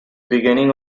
beginning